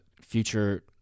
Future